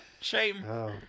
shame